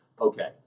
Okay